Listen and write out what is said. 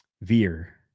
Veer